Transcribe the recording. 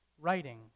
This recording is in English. writing